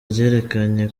ryerekanye